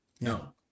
no